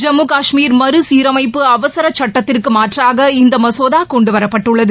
ஜம்மு காஷ்மீர் மறுசீரமைப்பு அவசர சட்டத்திற்கு மாற்றாக இந்த மசோதா கொண்டுவரப்பட்டுள்ளது